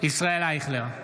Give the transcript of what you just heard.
ישראל אייכלר,